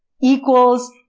equals